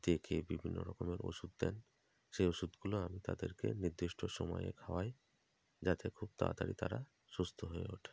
দেখে বিভিন্ন রকমের ওষুধ দেন সেই ওষুধগুলো আমি তাদেরকে নির্দিষ্ট সময়ে খাওয়াই যাতে খুব তাড়াতাড়ি তারা সুস্থ হয়ে ওঠে